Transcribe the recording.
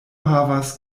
havas